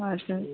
हजुर